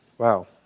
Wow